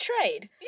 trade